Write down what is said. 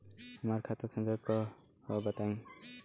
हमार खाता संख्या का हव बताई?